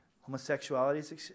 homosexuality